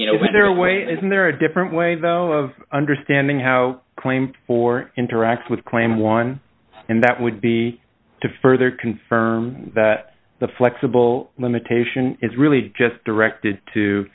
you know what their way is and there are different ways though of understanding how claim for interact with claim one and that would be to further confirm that the flexible limitation is really just directed to